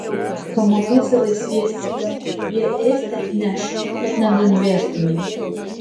sumokėsi laisviesiems jie ėsti atneš kad nenudvėstumei